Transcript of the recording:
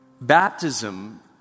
baptism